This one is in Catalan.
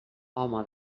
home